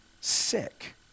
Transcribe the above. sick